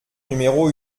numéro